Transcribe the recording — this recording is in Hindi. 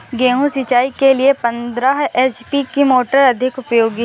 गेहूँ सिंचाई के लिए पंद्रह एच.पी की मोटर अधिक उपयोगी है?